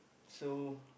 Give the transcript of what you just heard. so